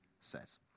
says